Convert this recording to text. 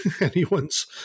anyone's